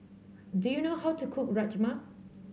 do you know how to cook Rajma